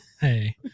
Hey